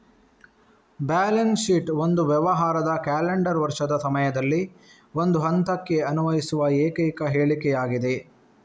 balance sheet ಒಂದು ವ್ಯವಹಾರದ calendar ವರ್ಷದ ಸಮಯದಲ್ಲಿ ಒಂದು ಹಂತಕ್ಕೆ ಅನ್ವಯಿಸುವ ಏಕೈಕ ಹೇಳಿಕೆಯಾಗಿದೆ